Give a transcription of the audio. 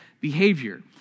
behavior